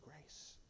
grace